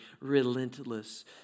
relentless